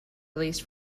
released